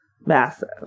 massive